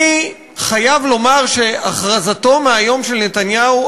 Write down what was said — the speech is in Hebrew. אני חייב לומר שהכרזתו מהיום של נתניהו,